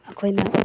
ꯑꯩꯈꯣꯏꯅ